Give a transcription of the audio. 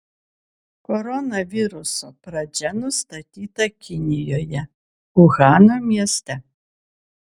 koronaviruso pradžia nustatyta kinijoje uhano mieste